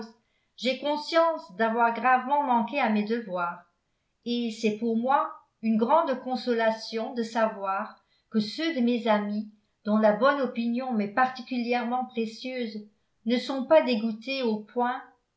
j'ai conscience d'avoir gravement manqué à mes devoirs et c'est pour moi une grande consolation de savoir que ceux de mes amis dont la bonne opinion m'est particulièrement précieuse ne sont pas dégoûtés au point